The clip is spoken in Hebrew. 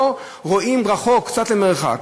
לא רואים רחוק, קצת למרחק.